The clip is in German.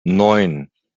neun